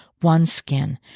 OneSkin